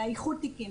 של איחוד תיקים,